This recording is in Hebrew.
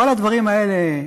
כל הדברים האלה,